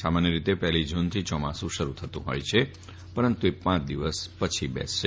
સામાન્ય રીતે પહેલી જૂનથી ચોમાસું શરૂ થતું ફોય છે પરંતુ તે પાંચ દિવસ પછી બેસશે